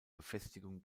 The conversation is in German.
befestigung